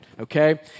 Okay